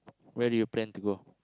where do you plan to go